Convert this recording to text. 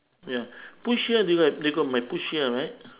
ya push here lei ge lei go mai push here right